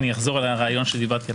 אני אחזור על הרעיון שדיברתי עליו.